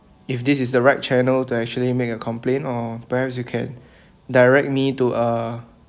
if this is the right channel to actually make a complaint or perhaps you can direct me to a